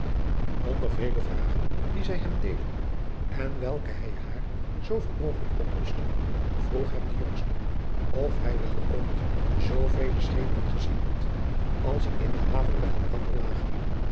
onder vele vragen die zij hem deden en welke hij haar zooveel mogelijk oploste vroeg hem de jongste of hij wel ooit zoovele schepen gezien had als er in de haven bij elkander langen